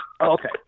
Okay